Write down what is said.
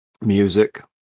music